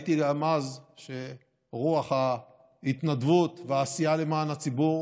וראיתי גם אז שרוח ההתנדבות והעשייה למען הציבור